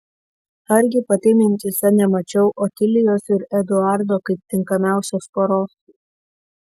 argi pati mintyse nemačiau otilijos ir eduardo kaip tinkamiausios poros